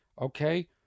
Okay